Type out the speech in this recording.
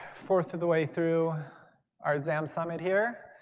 fourth to the way through our xam summit here.